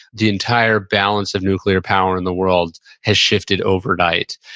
the entire balance of nuclear power in the world has shifted overnight.